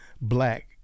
black